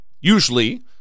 usually